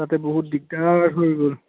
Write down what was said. তাতে বহুত দিগদাৰ হৈ গ'ল